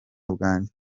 bwanjye